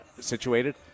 situated